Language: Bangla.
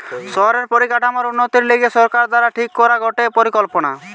শহরের পরিকাঠামোর উন্নতির লিগে সরকার দ্বারা ঠিক করা গটে পরিকল্পনা